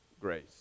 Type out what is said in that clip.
grace